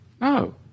No